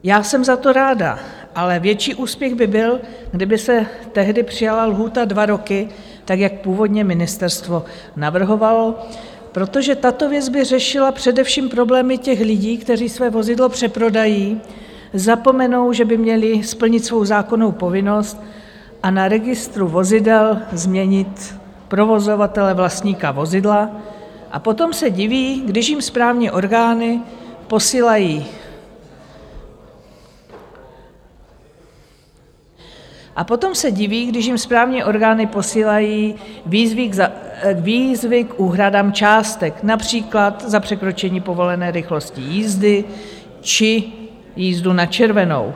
Já jsem za to ráda, ale větší úspěch by byl, kdyby se tehdy přijala lhůta dva roky, tak jak původně ministerstvo navrhovalo, protože tato věc by řešila především problémy těch lidí, kteří své vozidlo přeprodají, zapomenou, že by měli splnit svou zákonnou povinnost a na registru vozidel změnit provozovatele vlastníka vozidla, a potom se diví, když jim správní orgány posílají... a potom se diví, když jim správní orgány posílají výzvy k úhradám částek například za překročení povolené rychlosti jízdy či jízdu na červenou.